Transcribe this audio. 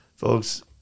Folks